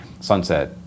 sunset